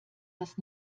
das